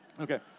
Okay